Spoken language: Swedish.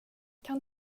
kan